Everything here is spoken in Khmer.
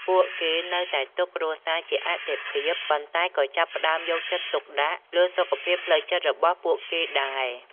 ពួកគេនៅតែទុកគ្រួសារជាអាទិភាព ប៉ុន្តែក៏ចាប់ផ្ដើមយកចិត្តទុកដាក់លើសុខភាពផ្លូវចិត្តរបស់ពួកគេដែរ។